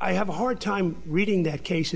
i have a hard time reading that case